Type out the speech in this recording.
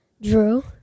Drew